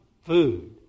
food